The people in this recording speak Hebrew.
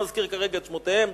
ולא אזכיר כרגע את שמותיהם,